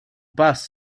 bust